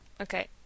Okay